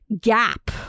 gap